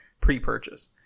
pre-purchase